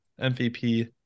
MVP